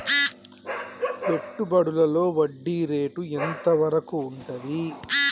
పెట్టుబడులలో వడ్డీ రేటు ఎంత వరకు ఉంటది?